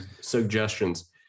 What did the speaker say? suggestions